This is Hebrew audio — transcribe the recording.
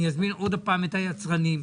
אני אזמין עוד פעם את היצרנים.